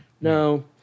No